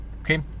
okay